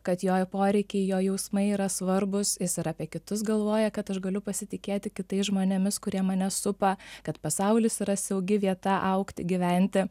kad jo poreikiai jo jausmai yra svarbūs jis ir apie kitus galvoja kad aš galiu pasitikėti kitais žmonėmis kurie mane supa kad pasaulis yra saugi vieta augti gyventi